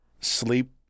sleep